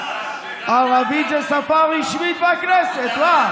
ערבית זו שפה רשמית בכנסת.